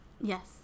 Yes